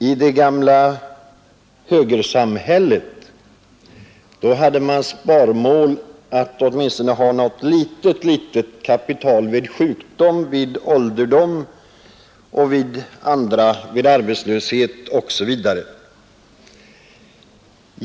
I det gamla högersamhället hade människorna som sparmål att åtminstone ha något litet kapital vid sjukdom, ålderdom och arbetslöshet.